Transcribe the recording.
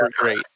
great